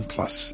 Plus